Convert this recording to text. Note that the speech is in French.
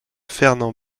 fernand